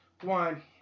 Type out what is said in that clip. one